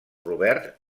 robert